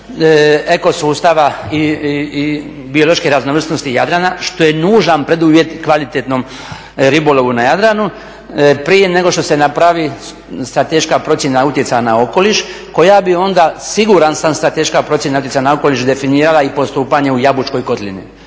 eko sustava i biološke raznovrsnosti Jadrana što je nužan preduvjet kvalitetnom ribolovu na Jadranu. Prije nego što se napravi strateška procjena utjecaja na okoliš koja bi onda siguran sam definirala i postupanje u Jabučkoj kotlini.